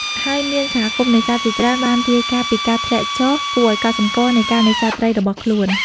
ហើយមានសហគមន៍នេសាទជាច្រើនបានរាយការណ៍ពីការធ្លាក់ចុះគួរឱ្យកត់សម្គាល់នៃការនេសាទត្រីរបស់ខ្លួន។